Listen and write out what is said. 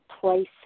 place